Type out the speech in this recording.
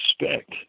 respect